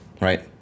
right